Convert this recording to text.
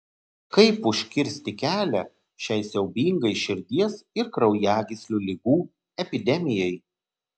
kaip užkirsti kelią šiai siaubingai širdies ir kraujagyslių ligų epidemijai